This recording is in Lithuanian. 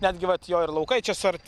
netgi vat jo ir laukai čia suarti